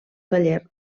taller